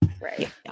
Right